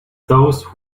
those